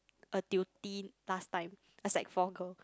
a tutee last time a sec four girl